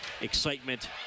Excitement